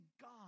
God